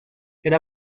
era